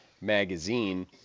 Magazine